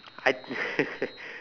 I